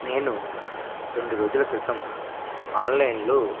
నేను రెండు రోజుల క్రితం ఆన్లైన్లో